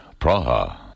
Praha